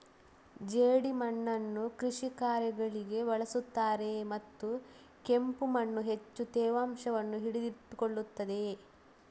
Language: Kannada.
ಜೇಡಿಮಣ್ಣನ್ನು ಕೃಷಿ ಕಾರ್ಯಗಳಿಗೆ ಬಳಸುತ್ತಾರೆಯೇ ಮತ್ತು ಕೆಂಪು ಮಣ್ಣು ಹೆಚ್ಚು ತೇವಾಂಶವನ್ನು ಹಿಡಿದಿಟ್ಟುಕೊಳ್ಳುತ್ತದೆಯೇ?